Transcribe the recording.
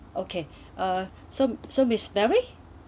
okay uh so so miss mary